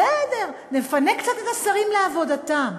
בסדר, נפנה קצת את השרים לעבודתם.